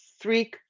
three